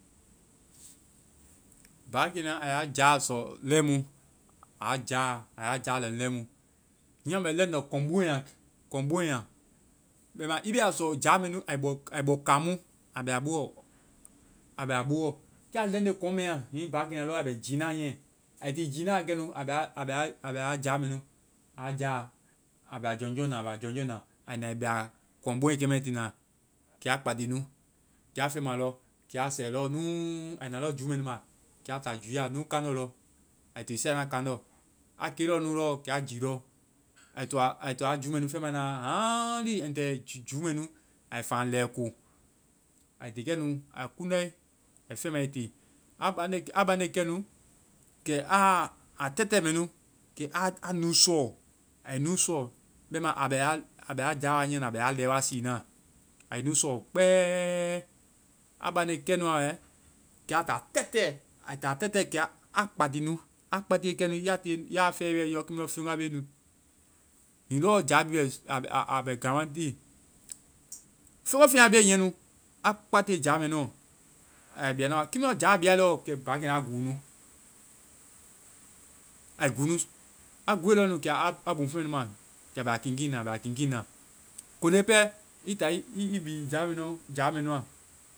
Páakenaa, ai a jaa sɔ lɛi mu, a jaa, ai a jaa lɛeŋ lɛi mu. Hiŋi a bɛ leŋndɔ kɔŋ boŋgɛa. Kɔŋ boŋgɛa. Bɛma i be a sɔ jaa mɛ nu ai bɔ-ai blo kaŋ mu. A bɛ a buɔ. A bɛ a buɔ. Kɛ a lɛŋnde kɔŋ mɛ a, hiŋi páakenaa lɔ a bɛ jii na niiɛ, ai tii gii na kɛnu a bɛ a jáa mɛ nu, a bɛ a-a bɛ a-a bɛ a, a bɛ a jáa mɛ nu. Aa jáa, a bɛ a jɔnjɔn na. A bɛ a jɔnjɔn na. Ai na ai bɛa kɔŋ boŋge kɛmɛ tiina. Kɛ a kpáti nu. Kɛ a fen ma lɔ. Kɛ a sɛ lɔ nuu. Ai na lɔ juu mɛ nu ma. Kɛ a taa júuɛ la núu kandɔ lɔ. Ai tii sɛna kaŋndɔ. A ke lɔɔ nu lɔɔ kɛ a gii lɔ. Ai toa-ai to a júu mɛ nu fɛŋ ma na wa haaŋli a toa juu mɛ nu ai ti lɛɛ ko. Ai ti kɛnu a kiŋdae. A bandae a bandae kɛnu, kɛ aa, a tɛtɛ mɛ nu kɛ a nu sɔɔ. Ai nu sɔɔ. Bɛmãa a bɛ a a bɛ a jaa wa nyiia na. A bɛ a lɛɛ wa sii na. Ai nu sɔɔ kpɛɛ. A bande kɛnu a wɛ, kɛ a ta tɛtɛ. Ai ta a tɛtɛ kia, a kpati nu. A kpatiie kɛ nu ya fɛe, i lɔ kimu feŋ wa be nu. Hiŋi lɔ jaa mɛ nu a bɛ guarantee feŋ ngo feŋ a bee hɛŋ nu, a kpatiie jaa mɛ nuɔ, a ya biana wa. Kiimu lɔɔ jáa a bia lɔɔ, kɛ páakenaa a gúu nu. Ai gúu nu. A guue lɔɔ nu kɛ a buŋ feŋ nu ma. Kɛ a bɛ a kiinkiin na. A bɛ a kiinkiin na. Koŋnde pɛ i ta i bii jaa mɛ nuɔ, jaa mɛ nua